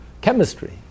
chemistry